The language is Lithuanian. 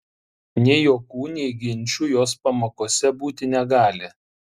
nei juokų nei ginčų jos pamokose būti negali